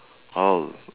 all